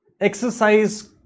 exercise